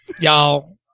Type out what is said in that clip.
Y'all